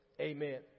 Amen